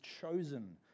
chosen